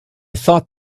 thought